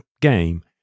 game